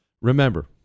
remember